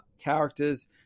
characters